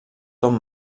tom